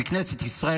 מכנסת ישראל,